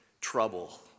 trouble